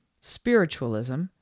spiritualism